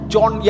John